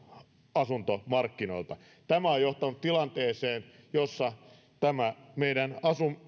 asuntomarkkinoilta tämä on johtanut tilanteeseen jossa tämä meidän